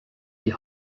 die